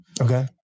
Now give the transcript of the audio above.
Okay